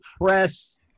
press